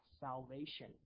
salvation